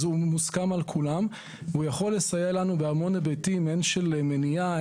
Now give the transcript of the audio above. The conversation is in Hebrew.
אז הוא מוסכם על כולם והוא יכול לסייע לנו בהמון היבטים הן של מניעה,